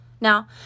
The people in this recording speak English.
Now